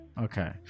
Okay